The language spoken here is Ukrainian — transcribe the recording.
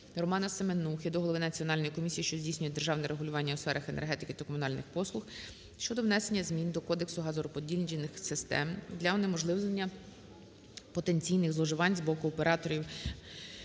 РоманаСеменухи до голови Національної комісії, що здійснює державне регулювання у сферах енергетики та комунальних послуг щодо внесення змін до Кодексу газорозподільних систем для унеможливлення потенційних зловживань з боку Операторів